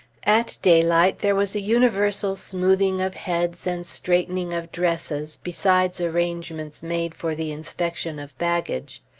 at daylight there was a universal smoothing of heads, and straightening of dresses, besides arrangements made for the inspection of baggage.